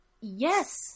yes